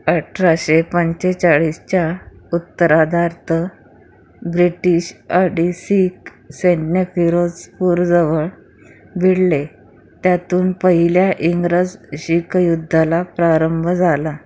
अठराशे पंचेचाळीसच्या उत्तरार्धात ब्रिटीश आणि शीख सैन्य फिरोजपूरजवळ भिडले त्यातून पहिल्या इंग्रज शीख युद्धाला प्रारंभ झाला